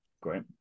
Great